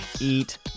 eat